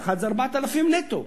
יחד זה 4,000 נטו.